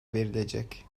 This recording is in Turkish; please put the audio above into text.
verilecek